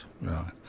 right